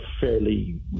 fairly